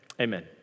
amen